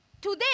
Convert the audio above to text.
Today